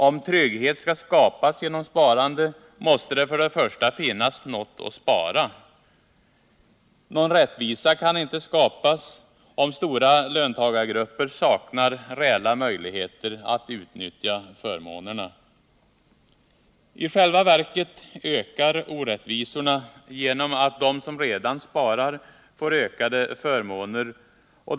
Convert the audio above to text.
Om trygghet skall skapas genom sparande, måste det först och främst finnas något att spara. Någon rättvisa kan inte skapas om stora löntagargrupper saknar reella möjligheter att utnyttja förmånerna. I själva verket ökar orättvisorna genom att de som redan sparar får ökade Värdesäkert lön sparande Värdesäkert lönsparande förmåner.